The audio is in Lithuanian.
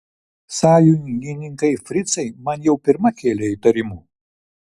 sąjungininkai fricai man jau pirma kėlė įtarimų